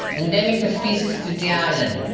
endemic species to the island.